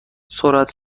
سرعت